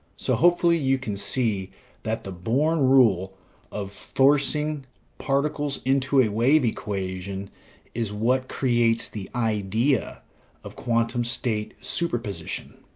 so hopefully, you can see that the born rule of forcing particles into a wave equation is what creates the idea of quantum state superposition.